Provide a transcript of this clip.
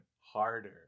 harder